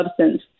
substance